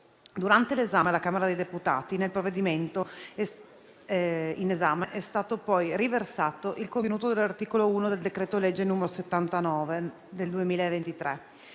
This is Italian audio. Durante l'esame alla Camera dei deputati, nel provvedimento in esame è stato poi riversato il contenuto dell'articolo 1 del decreto-legge n. 79 del 2023,